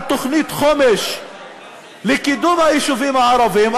תוכנית חומש לקידום היישובים הערביים,